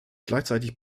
gleichzeitig